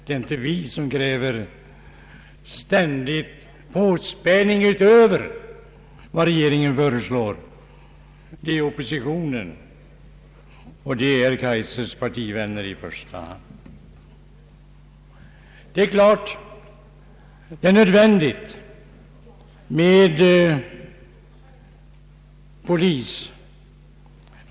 Det är inte vi som kräver en ständig påspädning utöver vad regeringen föreslår, utan det gör oppositionen — i första hand herr Kaijsers partivänner. Det är klart att det är nödvändigt med polis.